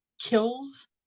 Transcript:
kills